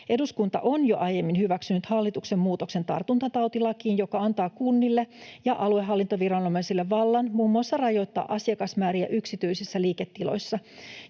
Eduskunta on jo aiemmin hyväksynyt hallituksen muutoksen tartuntatautilakiin, joka antaa kunnille ja aluehallintoviranomaisille vallan muun muassa rajoittaa asiakasmääriä yksityisissä liiketiloissa.